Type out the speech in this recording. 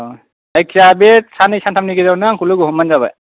अ जायखिया बे साननै सानथामनि गेजेरावनो आंखौ लोगो हमबानो जाबाय